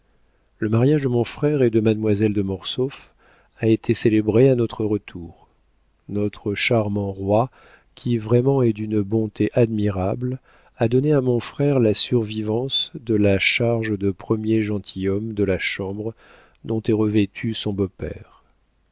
le mariage de mon frère et de mademoiselle de mortsauf a été célébré à notre retour notre charmant roi qui vraiment est d'une bonté admirable a donné à mon frère la survivance de la charge de premier gentilhomme de la chambre dont est revêtu son beau-père